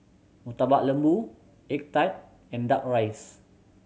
Murtabak Lembu egg tart and Duck Rice